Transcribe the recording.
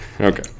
Okay